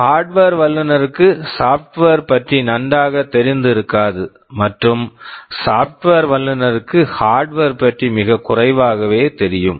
hardware hardware வல்லுநருக்கு software software பற்றி நன்றாகத் தெரிந்து இருக்காது மற்றும் சாப்ட்வேர் software வல்லுநருக்கு ஹார்ட்வர் hardware பற்றி மிகக் குறைவாகவே தெரியும்